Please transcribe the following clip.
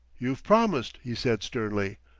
you've promised, he said sternly,